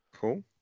Cool